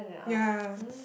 ya